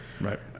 Right